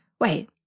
wait